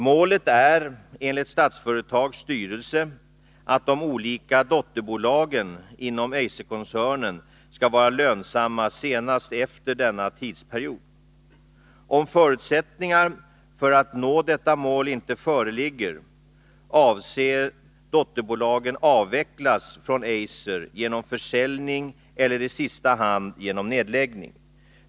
Målet är enligt Statsföretags styrelse att de olika dotterbolagen inom Eiser-koncernen skall vara lönsamma senast efter denna tidsperiod. Om förutsättningar för att nå detta mål inte föreligger avses dotterbolagen avvecklas från Eiser genom försäljning eller i sista hand genom nedläggning.